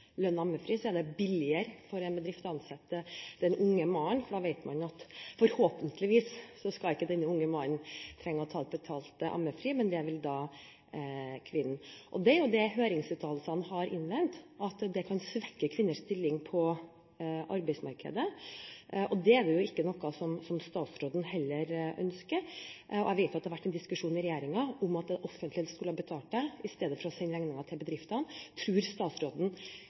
den unge mannen ikke skal trenge å ta ut betalt ammefri, men det vil muligens kvinnen. Det er jo det høringsinstansene har innvendt, at dette kan svekke kvinners stilling på arbeidsmarkedet, og det er ikke noe som heller statsråden ønsker. Jeg vet at det har vært en diskusjon i regjeringen om det offentlige skulle betale for dette i stedet for å sende regningen til bedriftene. Tror statsråden